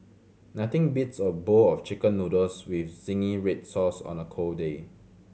nothing beats a bowl of Chicken Noodles with zingy red sauce on a cold day